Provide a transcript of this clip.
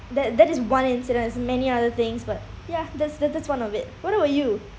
that that is one incident there's many other things but ya that's that that's one of it what about you